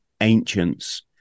ancients